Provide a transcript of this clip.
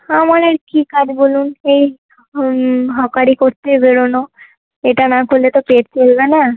আমার আর কী কাজ বলুন সেই হকারি করতে বেরোনো এটা না করলে তো পেট চলবে না